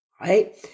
right